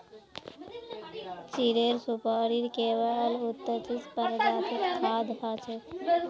चीड़ेर सुपाड़ी केवल उन्नतीस प्रजातिर खाद्य हछेक